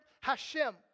Hashem